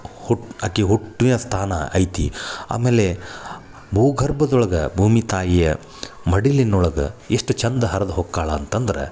ಹುಟ್ಟಿ ಆಕೆ ಹುಟ್ಟಿನ ಸ್ಥಾನ ಐತಿ ಆಮೇಲೆ ಭೂಗರ್ಭದೊಳಗೆ ಭೂಮಿ ತಾಯಿಯ ಮಡಿಲಿನೊಳಗೆ ಎಷ್ಟು ಚಂದ ಹರ್ದು ಹೋಕ್ಕಾಳ ಅಂತಂದ್ರೆ